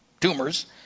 tumors